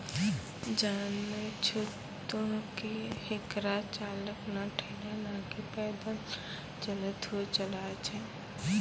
जानै छो तोहं कि हेकरा चालक नॅ ठेला नाकी पैदल चलतॅ हुअ चलाय छै